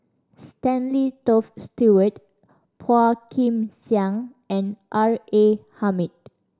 Stanley Toft Stewart Phua Kin Siang and R A Hamid